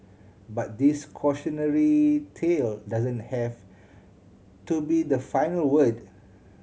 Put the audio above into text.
but this cautionary tale doesn't have to be the final word